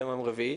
היום יום רביעי.